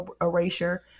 erasure